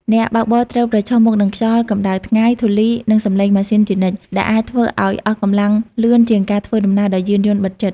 អ្នកបើកបរត្រូវប្រឈមមុខនឹងខ្យល់ កម្ដៅថ្ងៃ ធូលី និងសំឡេងម៉ាស៊ីនជានិច្ច ដែលអាចធ្វើឱ្យអស់កម្លាំងលឿនជាងការធ្វើដំណើរដោយយានយន្តបិទជិត។